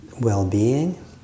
well-being